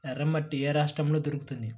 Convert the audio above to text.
ఎర్రమట్టి ఏ రాష్ట్రంలో దొరుకుతుంది?